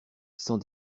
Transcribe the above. sans